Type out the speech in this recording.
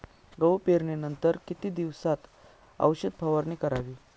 गहू पेरणीनंतर किती दिवसात औषध फवारणी करावी?